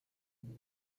eight